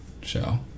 show